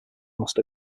must